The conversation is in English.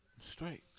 straight